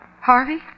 Harvey